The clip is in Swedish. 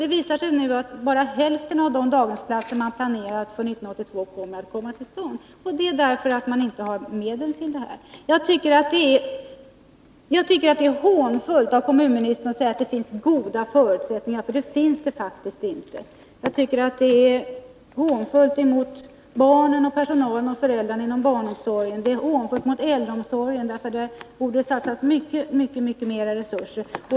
Det visar sig nu att bara hälften av de daghemsplatser som har planerats för 1982 kommer att byggas, därför att man inte har tillräckliga medel. Jag tycker att det är hånfullt av kommunministern att säga att det finns goda förutsättningar, för det finns inte det. Det är hånfullt mot barnen, föräldrarna och personalen inom barnomsorgen. Det är hånfullt mot 7 äldreomsorgen, där det borde satsas mycket mer resurser.